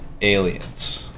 Aliens